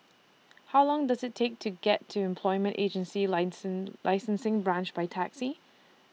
How Long Does IT Take to get to Employment Agency License Licensing Branch By Taxi